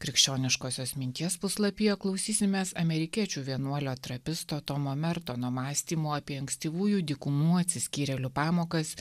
krikščioniškosios minties puslapyje klausysimės amerikiečių vienuolio trapisto tomo mertono mąstymo apie ankstyvųjų dykumų atsiskyrėlių pamokas